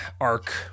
arc